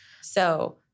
So-